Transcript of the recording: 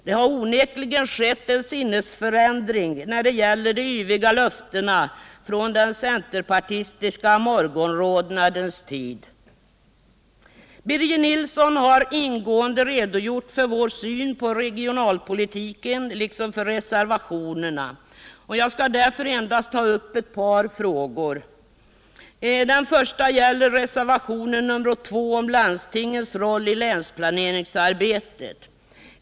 Det har onekligen skett en sinnesförändring när det gäller de yviga löftena från den centerpartistiska morgonrodnadens tid. 49 Birger Nilsson har ingående redogjort för vår syn på regionalpolitiken liksom för reservationerna, och jag skall därför endast ta upp ett par frågor. Den första gäller reservationen 2 om landstingens roll i länsplaneringsarbetet.